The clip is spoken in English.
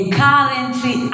currently